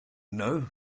know